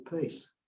peace